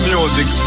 Music